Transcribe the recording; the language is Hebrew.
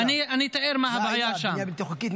מה העילה, בנייה בלתי חוקית?